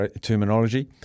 terminology